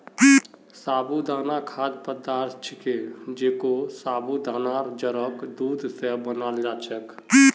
साबूदाना खाद्य पदार्थ छिके जेको साबूदानार जड़क दूध स बनाल जा छेक